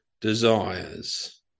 desires